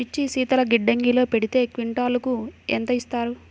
మిర్చి శీతల గిడ్డంగిలో పెడితే క్వింటాలుకు ఎంత ఇస్తారు?